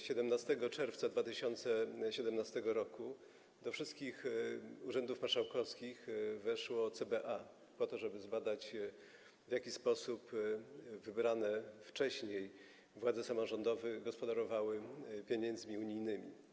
17 czerwca 2017 r. do wszystkich urzędów marszałkowskich weszło CBA, po to żeby zbadać, w jaki sposób wybrane wcześniej władze samorządowe gospodarowały pieniędzmi unijnymi.